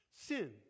Sin